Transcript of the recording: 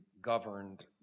governed